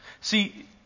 See